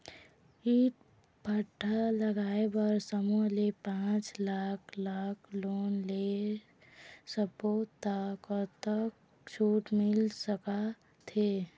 ईंट भट्ठा लगाए बर समूह ले पांच लाख लाख़ लोन ले सब्बो ता कतक छूट मिल सका थे?